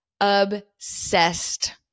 obsessed